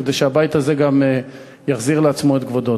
כדי שהבית הזה יחזיר לעצמו את כבודו.